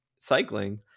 cycling –